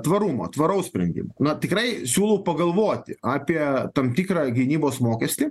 tvarumo tvaraus sprendimo na tikrai siūlau pagalvoti apie tam tikrą gynybos mokestį